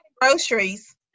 groceries